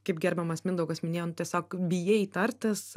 kaip gerbiamas mindaugas minėjo tiesiog bijai tartas